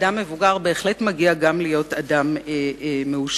לאדם מבוגר מגיע להיות גם אדם מאושר